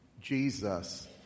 Jesus